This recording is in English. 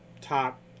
top